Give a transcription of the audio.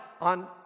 on